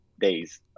days